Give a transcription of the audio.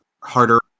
harder